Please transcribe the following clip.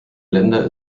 länder